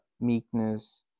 meekness